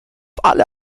alle